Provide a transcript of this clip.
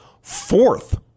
fourth